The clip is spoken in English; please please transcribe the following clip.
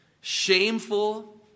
shameful